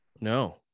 no